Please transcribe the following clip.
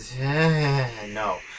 No